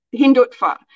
Hindutva